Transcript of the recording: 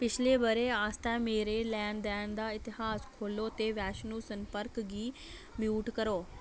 पिछले ब'रे आस्तै मेरा लैन देन दा इतिहास खोल्लो ते वैश्णो संपर्क गी म्यूट करो